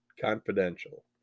Confidential